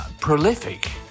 prolific